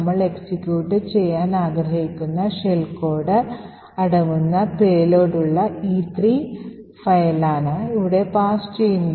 നമ്മൾ എക്സിക്യൂട്ട് ചെയ്യാൻ ആഗ്രഹിക്കുന്ന ഷെൽ കോഡ് അടങ്ങുന്ന പേലോഡുള്ള E3 ഫയലാണ് ഇവിടെ പാസ് ചെയ്യുന്നത്